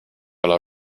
alla